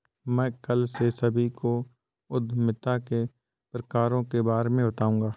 मैं कल से सभी को उद्यमिता के प्रकारों के बारे में बताऊँगा